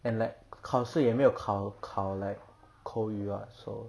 and like 考试也没有考考 like 口语 [what] so